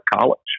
college